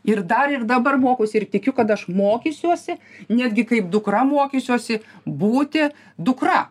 ir dar ir dabar mokausi ir tikiu kad aš mokysiuosi netgi kaip dukra mokysiuosi būti dukra